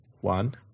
One